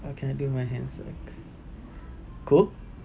what can I do with my hands like cook